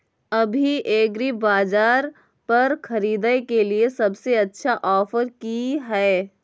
अभी एग्रीबाजार पर खरीदय के लिये सबसे अच्छा ऑफर की हय?